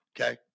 Okay